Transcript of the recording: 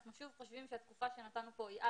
אנחנו חושבים שהתקופה שנתנו כאן היא,